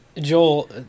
joel